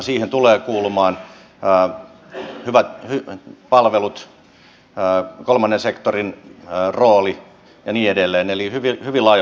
siihen tulee kuulumaan hyvät palvelut kolmannen sektorin rooli ja niin edelleen eli hyvin laajapohjaisesti tehdään